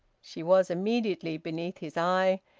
she was immediately beneath his eye,